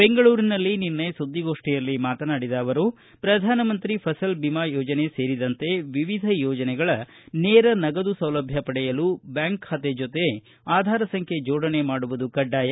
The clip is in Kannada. ಬೆಂಗಳೂರಿನಲ್ಲಿ ನಿನ್ನೆ ಸುದ್ವಿಗೋಷ್ಠಿಯಲ್ಲಿ ಮಾತನಾಡಿದ ಅವರು ಪ್ರಧಾನಮಂತ್ರಿ ಫಸಲ ಬಿಮಾ ಯೋಜನೆ ಸೇರಿದಂತೆ ವಿವಿಧ ಯೋಜನೆಗಳ ನೇರ ನಗದು ಸೌಲಭ್ಯ ಪಡೆಯಲು ಬ್ಯಾಂಕ್ ಖಾತೆಯ ಜೊತೆ ಆಧಾರ್ ಸಂಬ್ಯೆ ಜೋಡಣೆ ಮಾಡುವುದು ಕಡ್ಡಾಯ